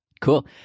Cool